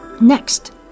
Next